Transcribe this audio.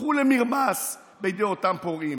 הפכו למרמס בידי אותם פורעים,